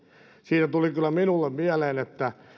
siinä tuli kyllä minulle mieleen että